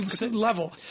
Level